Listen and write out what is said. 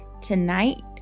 tonight